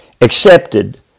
accepted